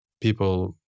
people